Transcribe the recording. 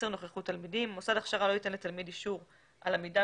נוכחות תלמידים מוסד הכשרה לא ייתן לתלמיד אישור על עמידה